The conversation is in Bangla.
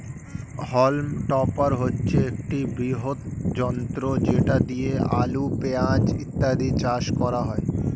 হল্ম টপার হচ্ছে একটি বৃহৎ যন্ত্র যেটা দিয়ে আলু, পেঁয়াজ ইত্যাদি চাষ করা হয়